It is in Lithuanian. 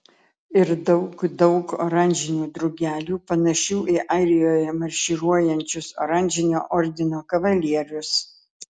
ir daug daug oranžinių drugelių panašių į airijoje marširuojančius oranžinio ordino kavalierius